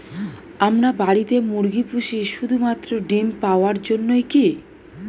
আমরা বাড়িতে মুরগি পুষি শুধু মাত্র ডিম পাওয়ার জন্যই কী?